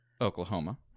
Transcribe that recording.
Oklahoma